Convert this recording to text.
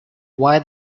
why